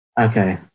okay